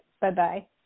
bye-bye